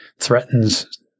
threatens